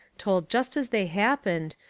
told just as they happened,